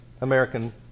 American